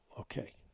okay